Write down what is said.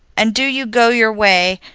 and do you go your way,